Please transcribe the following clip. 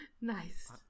nice